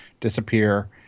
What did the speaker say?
disappear